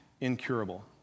incurable